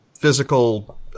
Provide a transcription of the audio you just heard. physical